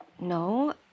No